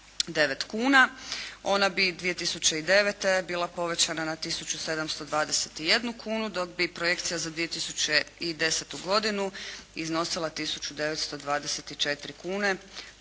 Ona bi 2009. bila povećana na tisuću 721 kunu, dok bi projekcija za 2010. godinu iznosila tisuću 924 kune,